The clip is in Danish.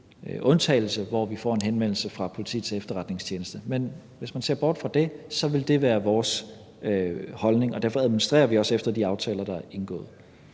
hvor vi får en henvendelse fra Politiets Efterretningstjeneste, men hvis man ser bort fra det, vil det være vores holdning, og derfor administrerer vi også efter de aftaler, der er indgået.